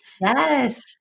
Yes